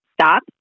stop